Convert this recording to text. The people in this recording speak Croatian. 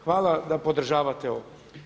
Hvala da podržavate ovo.